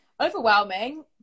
overwhelming